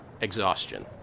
exhaustion